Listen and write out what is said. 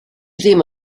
ddim